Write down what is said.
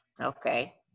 Okay